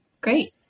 Great